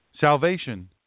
Salvation